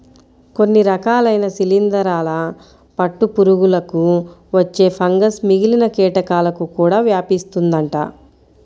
కొన్ని రకాలైన శిలీందరాల పట్టు పురుగులకు వచ్చే ఫంగస్ మిగిలిన కీటకాలకు కూడా వ్యాపిస్తుందంట